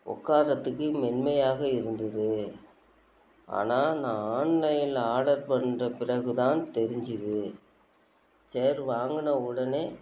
உக்கார்றதுக்கு மென்மையாக இருந்தது ஆனால் நான் ஆன்லைனில் ஆடர் பண்ணுற பிறகுதான் தெரிஞ்சுது சேர் வாங்கின உடனே